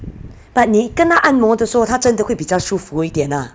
but 你跟他按摩的时候她真的会比较舒服一点 ah